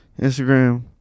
instagram